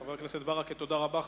חבר הכנסת ברכה, תודה רבה.